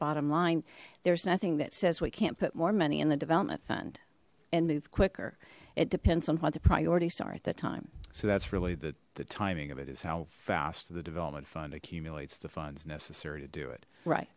bottom line there's nothing that says we can't put more money in the development fund and move quicker it depends on what the priorities are at the time so that's really the the timing of it is how fast the development fund accumulates the funds necessary to do it right